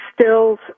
Stills